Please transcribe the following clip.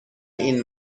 این